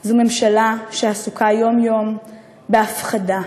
זה ממשלה שעסוקה יום-יום בהפחדה,